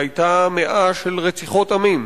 שהיתה מאה של רציחות עמים,